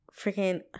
Freaking